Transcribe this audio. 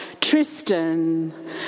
Tristan